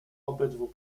obydwu